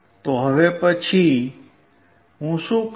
તો પછી હવે હું શું કરીશ